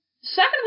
Second